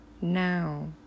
now